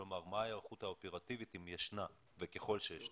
מה ההיערכות האופרטיבית ואם היא קיימת וככל שקיימת?